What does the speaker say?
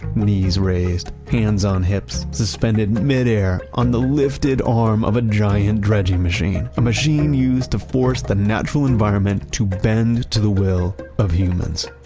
knees raised, hands-on-hips, suspended in mid-air on the lifted arm of a giant dredging machine, a machine used to force the natural environment to bend to the will of humans.